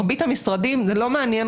את מרבית המשרדים זה לא מעניין.